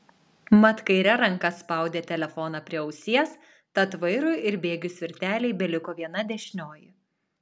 mat kaire ranka spaudė telefoną prie ausies tad vairui ir bėgių svirtelei beliko viena dešinioji